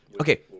okay